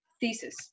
thesis